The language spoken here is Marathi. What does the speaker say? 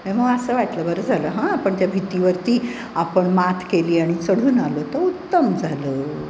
नाही मग असं वाटलं बरं झालं हां आपण त्या भीतीवरती आपण मात केली आणि चढून आलो ते उत्तम झालं